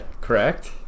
Correct